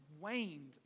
waned